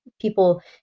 People